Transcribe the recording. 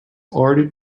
already